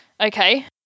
okay